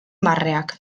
barreak